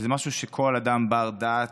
שזה משהו שכל אדם בר-דעת,